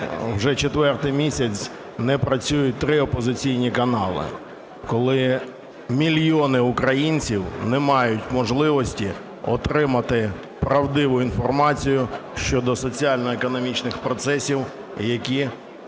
вже четвертий місяць не працюють три опозиційні канали, коли мільйони українців не мають можливості отримати правдиву інформацію щодо соціально-економічних процесів, які тривають